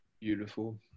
Beautiful